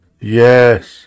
Yes